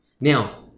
Now